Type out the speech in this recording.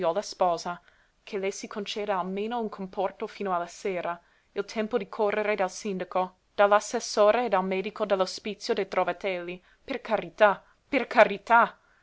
e misericordia per la figliuola sposa che le si conceda almeno un comporto fino alla sera il tempo di correre dal sindaco dall'assessore e dal medico dell'ospizio dei trovatelli per carità per carità